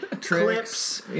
clips